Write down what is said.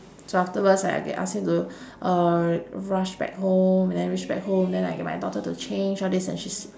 so afterwards like okay I ask him to uh rush back home and then reach back home then I get my daughter to change all this and she's